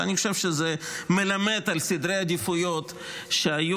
ואני חושב שזה מלמד על סדרי העדיפויות שהיו,